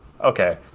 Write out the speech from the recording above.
Okay